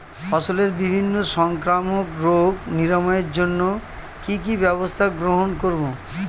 ফসলের বিভিন্ন সংক্রামক রোগ নিরাময়ের জন্য কি কি ব্যবস্থা গ্রহণ করব?